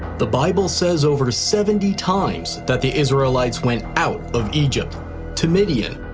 the bible says over seventy times that the israelites went out of egypt to midian,